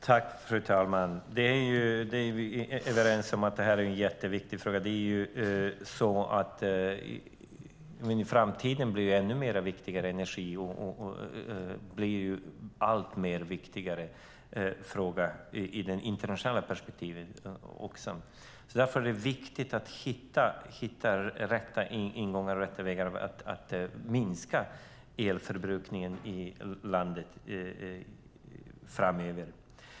Fru talman! Vi är överens om att det här är en jätteviktig fråga. I framtiden blir energin också en ännu viktigare fråga i det internationella perspektivet. Därför är det viktigt att hitta de rätta ingångarna och de rätta vägarna att minska elförbrukningen i landet framöver.